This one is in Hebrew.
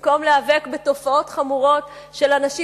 במקום להיאבק בתופעות חמורות של אנשים